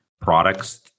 products